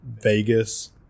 Vegas